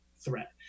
threat